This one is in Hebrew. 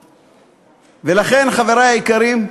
לכן, חברי היקרים,